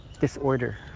disorder